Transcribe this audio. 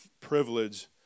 privilege